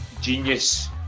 genius